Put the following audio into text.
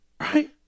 right